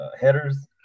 headers